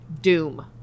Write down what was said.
doom